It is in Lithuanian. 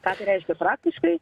ką tai reiškia praktiškai